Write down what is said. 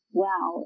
wow